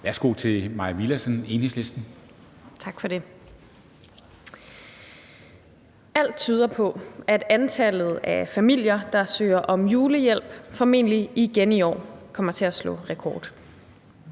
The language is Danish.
nr. US 32 Mai Villadsen (EL): Tak for det. Alt tyder på, at antallet af familier, der søger om julehjælp, formentlig igen i år kommer til at slå rekord.